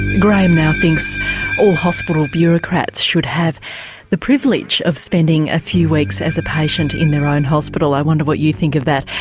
graham now thinks all hospital bureaucrats should have the privilege of spending a few weeks as a patient in their own hospital, i wonder what you think of that?